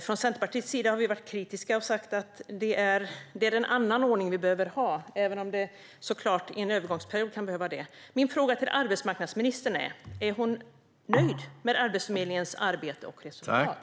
Från Centerpartiets sida har vi varit kritiska och sagt att vi behöver ha en annan ordning, även om det såklart under en övergångsperiod kan behövas det. Min fråga till arbetsmarknadsministern är: Är hon nöjd med Arbetsförmedlingens arbete och resultat?